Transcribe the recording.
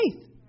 faith